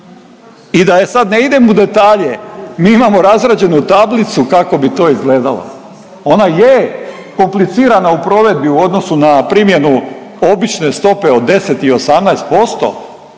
I da sad ne idem u detalja, mi imamo razrađenu tablicu kako bi to izgledalo, ona je komplicirana u provedbi u odnosu na primjenu obične stope od 10 i 18%,